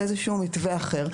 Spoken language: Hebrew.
לתת למורים מתווה כיתה ירוקה,